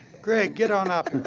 greg, get on up